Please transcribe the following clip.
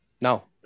No